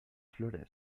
flores